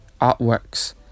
artworks